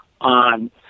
on